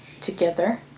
together